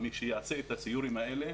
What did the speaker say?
מי שיעשה את הסיורים האלה,